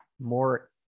more